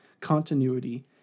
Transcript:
continuity